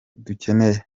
dukeneye